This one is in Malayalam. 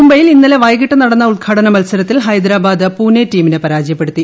മുംബൈയിൽ ഇന്നലെ വൈകിട്ട് നടന്ന ഉദ്ഘാടന മത്സരത്തിൽ ഹൈദരാബാദ് പൂനെ ടീമിനെ പരാജയപ്പെടുത്തി